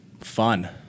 fun